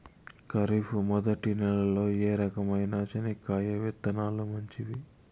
ఖరీఫ్ మొదటి నెల లో ఏ రకమైన చెనక్కాయ విత్తనాలు మంచివి